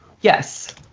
Yes